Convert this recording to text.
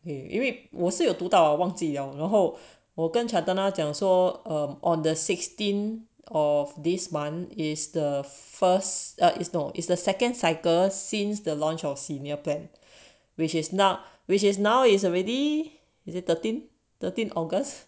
诶因为我是有读到忘记了然后我跟 chantana 讲 so um on the sixteen of this month is the first or is no it's the second cycle since the launch of senior plan which is not which is now is already is it thirteen thirteen august